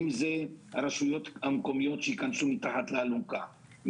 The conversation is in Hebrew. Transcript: אם זה הרשויות המקומיות שייכנסו מתחת לאלונקה,